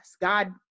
God